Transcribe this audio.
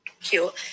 cute